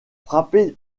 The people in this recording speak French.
frappé